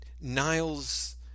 Niles